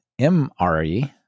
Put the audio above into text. mre